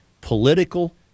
political